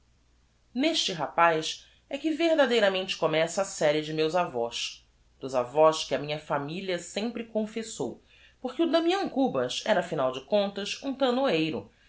neste rapaz é que verdadeiramente começa a serie de meus avós dos avós que a minha familia sempre confessou porque o damião cubas era afinal de contas um tanoeiro